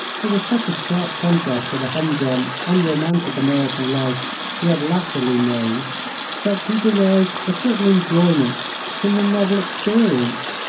it was such a sharp contrast to the hum-drum, unromantic american life he had latterly known that he derived a certain enjoyment from the novel experience.